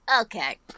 Okay